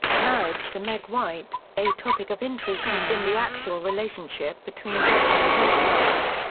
marriage to meg white a topic of intrigue has been the actual relationship between jack and meg white.